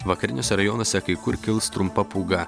vakariniuose rajonuose kai kur kils trumpa pūga